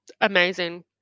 Amazing